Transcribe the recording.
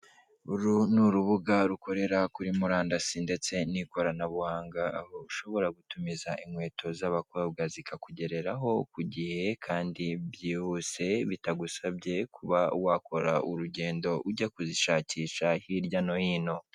Uru ni urubuga rukorera kuri murandasi ndetse n'ikoranabuhanga aho ushobora gutumiza inkweto z'abakobwa zikakugereraho ku gihe kandi byihuse bitagusabye kuba wakora urugendo ujya kuzishakisha hirya no hino.